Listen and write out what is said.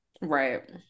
Right